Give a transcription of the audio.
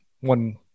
One